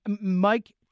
Mike